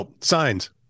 signs